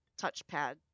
touchpad